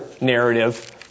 narrative